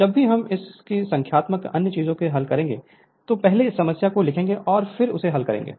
जब भी हम इन सभी संख्यात्मक अन्य चीजों को हल करेंगे हम पहले समस्या को लिखेंगे और फिर उसे हल करेंगे